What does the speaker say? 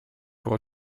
pour